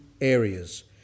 areas